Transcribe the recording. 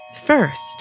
First